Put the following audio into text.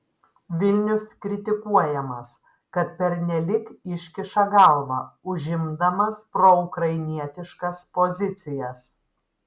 vilnius kritikuojamas kad pernelyg iškiša galvą užimdamas proukrainietiškas pozicijas